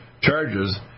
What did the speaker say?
charges